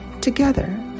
together